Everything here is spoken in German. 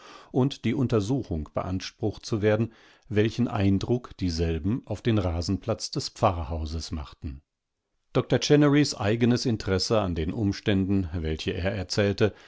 und die untersuchung beansprucht zu werden welchen eindruckdieselbenaufdenrasenplatzdespfarrhausesmachten doktor chennerys eigenes interesse an den umständen welche er erzählte